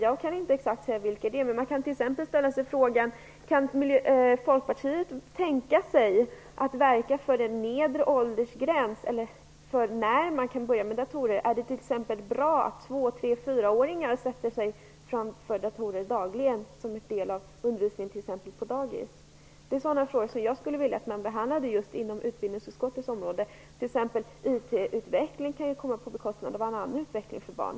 Jag kan inte exakt säga vilken det är, men man kan t.ex. ställa sig frågan om Folkpartiet kan tänka sig att verka för en nedre åldersgräns för när man kan börja med datorer. Är det t.ex. bra 2-, 3 och 4-åringar sätter sig framför datorer dagligen som en del av undervisningen på exempelvis dagis? Det är sådana frågor jag skulle vilja att man behandlade just inom utbildningsutskottets område. IT utveckling kan ju t.ex. komma på bekostnad av annan utveckling för barn.